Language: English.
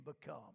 become